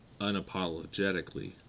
unapologetically